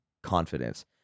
confidence